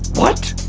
what?